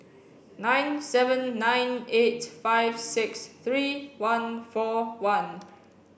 nine seven nine eight five six three one four one